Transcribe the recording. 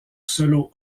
solo